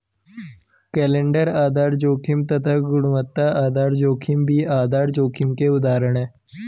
calendar आधार जोखिम तथा गुणवत्ता आधार जोखिम भी आधार जोखिम के उदाहरण है